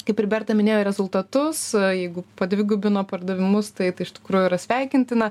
kaip ir berta minėjo rezultatus jeigu padvigubino pardavimus tai tai iš tikrųjų yra sveikintina